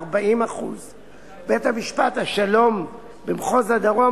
40%; בבית-משפט השלום במחוז דרום,